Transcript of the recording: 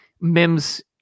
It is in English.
Mims